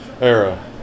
era